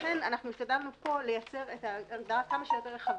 לכן אנחנו השתדלנו פה לייצר הגדרה כמה שיותר רחבה,